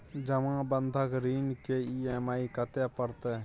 जमा बंधक ऋण के ई.एम.आई कत्ते परतै?